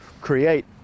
create